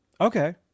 Okay